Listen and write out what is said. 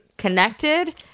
connected